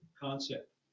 concept